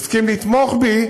יסכים לתמוך בי,